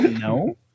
No